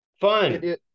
Fun